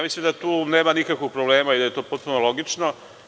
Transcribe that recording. Mislim da tu nema nikakvog problema i da je to potpuno logično.